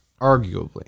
Arguably